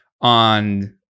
on